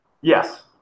Yes